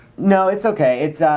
no. it's okay. it's.